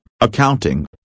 accounting